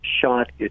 shot